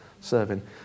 serving